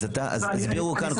הסבירו כאן,